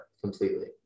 completely